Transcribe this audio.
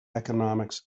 economics